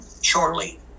shortly